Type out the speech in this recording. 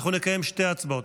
אנחנו נקיים שתי הצבעות,